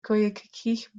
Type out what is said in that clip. каких